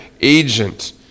agent